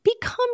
become